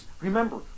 remember